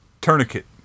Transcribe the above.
Tourniquet